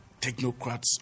technocrats